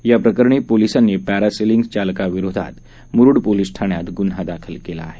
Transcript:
या प्रकरणी पोलिसांनी पद्धासेलिंग चालकाविरोधात मुरुड पोलीस ठाण्यात गुन्हा दाखल केला आहे